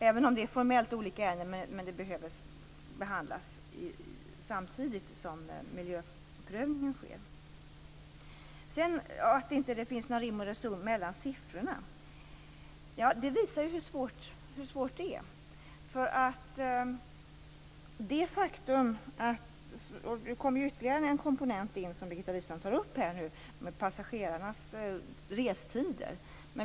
Även om det formellt är olika ärenden bör de behandlas samtidigt som miljöprövningen sker. Att det inte finns någon rim och reson mellan siffrorna visar ju hur svårt det är. Nu kommer det in ytterligare en komponent, som Birgitta Wistrand tar upp, nämligen passagerarnas restider.